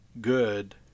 good